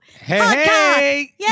Hey